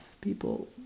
People